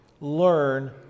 Learn